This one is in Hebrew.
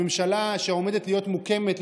הממשלה שעומדת להיות מוקמת,